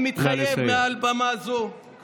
אני מתחייב מעל במה זו, נא לסיים.